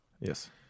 yes